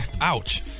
Ouch